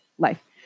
life